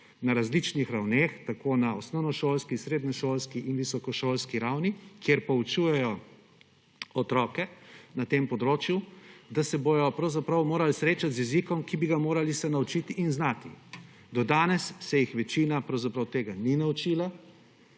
na različnih ravneh, tako na osnovnošolski, srednješolski in visokošolski ravni, kjer poučujejo otroke na tem področju, da se bojo pravzaprav morali srečati z jezikom, ki bi se ga morali naučiti in znati. Do danes se jih večina pravzaprav tega ni naučila,